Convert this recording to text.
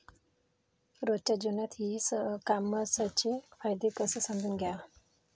रोजच्या जीवनात ई कामर्सचे फायदे कसे समजून घ्याव?